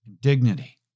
dignity